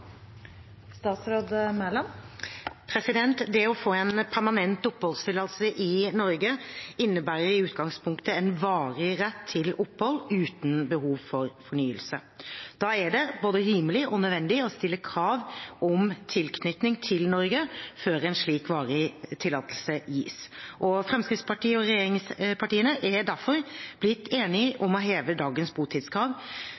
Det å få en permanent oppholdstillatelse i Norge innebærer i utgangspunktet en varig rett til opphold, uten behov for fornyelse. Da er det både rimelig og nødvendig å stille krav om tilknytning til Norge før en slik varig tillatelse gis. Fremskrittspartiet og regjeringspartiene er derfor blitt enige